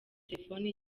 telefoni